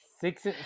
Six